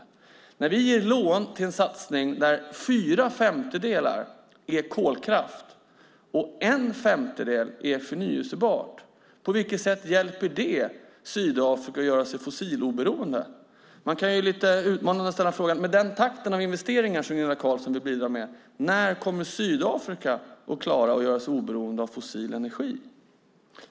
När vi ger lån till en satsning där fyra femtedelar är kolkraft och en femtedel är förnybart, hur hjälper det Sydafrika att bli fossiloberoende? Lite utmanande kan man ställa frågan: Med den takt av investeringar som Gunilla Carlsson vill bidra med, när kommer Sydafrika att klara att göra sig oberoende av fossil energi?